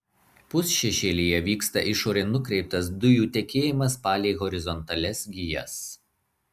pusšešėlyje vyksta išorėn nukreiptas dujų tekėjimas palei horizontalias gijas